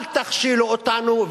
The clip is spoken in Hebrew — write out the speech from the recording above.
אל תכשילו אותנו,